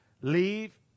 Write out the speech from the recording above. Leave